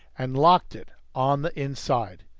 and locked it on the inside.